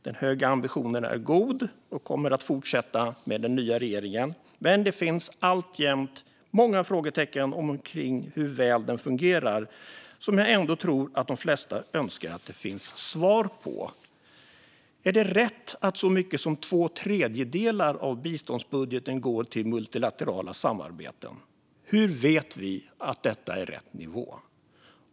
Den höga ambitionen är god, och den kommer att fortsätta med den nya regeringen. Men det finns alltjämt många frågor omkring hur väl detta fungerar, frågor som jag tror att de flesta önskar att det finns svar på. Är det rätt att så mycket som två tredjedelar av biståndsbudgeten går till multilaterala samarbeten? Hur vet vi att det är rätt nivå?